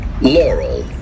laurel